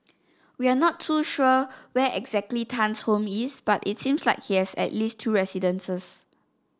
we are not too sure where exactly Tan's home is but its seems like he has at least two residences